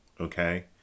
okay